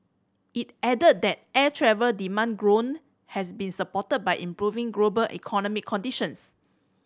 it added that air travel demand growth has been supported by improving global economic conditions